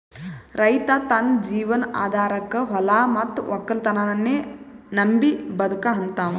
ರೈತ್ ತನ್ನ ಜೀವನ್ ಆಧಾರಕಾ ಹೊಲಾ ಮತ್ತ್ ವಕ್ಕಲತನನ್ನೇ ನಂಬಿ ಬದುಕಹಂತಾವ